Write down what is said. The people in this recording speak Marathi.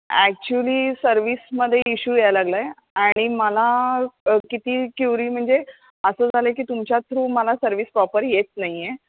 ॲक्च्युली सर्विसमध्ये इश्यू यायला लागला आहे आणि मला किती क्युरी म्हणजे असं झालं की तुमच्या थ्रू मला सर्विस प्रॉपर येत नाही आहे